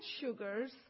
sugars